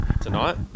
Tonight